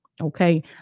Okay